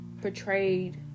portrayed